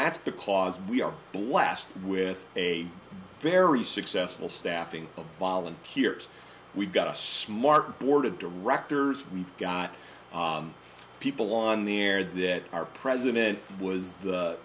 that's because we are blessed with a very successful staffing of volunteers we've got a smart board of directors we've got people on the air that our president was